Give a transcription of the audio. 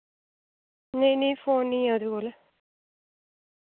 नेईं नेईं फोन निं ऐ ओह्दे कोल